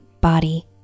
body